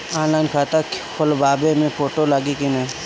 Online खाता खोलबाबे मे फोटो लागि कि ना?